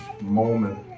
moment